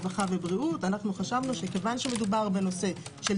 רווחה ובריאות חשבנו שכיוון שמדובר בנושא של